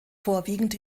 vorwiegend